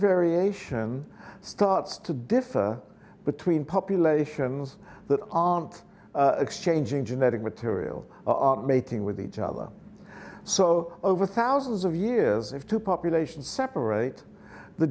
variation starts to differ between populations that aunt exchanging genetic material mating with each other so over thousands of years if two populations separate the